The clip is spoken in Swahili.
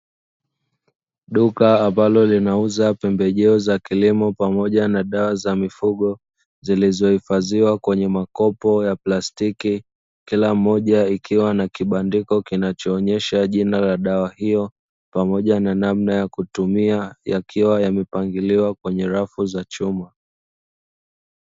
Duka ambalo linauza pembejeo za kilimo pamoja na dawa za mifugo zilizohifadhiwa kwenye makopo ya plastiki, kila mmoja ikiwa na kibandiko kinachoonyesha jina la dawa hiyo pamoja na namna ya kutumia yakiwa yamepangiliwa kwenye rafu za chuma.